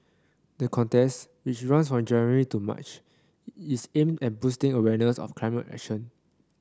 the contest which runs from January to March is aimed at boosting awareness of climate action